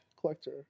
collector